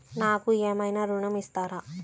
నాకు ఏమైనా ఋణం ఇస్తారా?